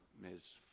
Ms